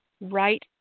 Right